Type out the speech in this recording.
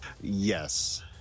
Yes